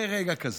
זה רגע כזה.